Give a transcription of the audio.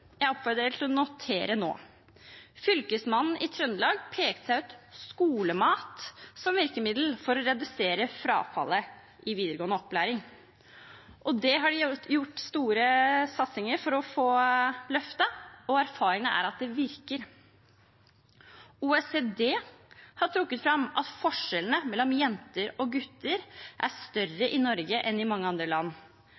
Jeg oppfordrer til å notere nå. Fylkesmannen i Trøndelag pekte seg ut skolemat som virkemiddel for å redusere frafallet i videregående opplæring. Det er gjort store satsinger for å løfte dette, og erfaringen er at det virker. OECD har trukket fram at forskjellene mellom jenter og gutter er større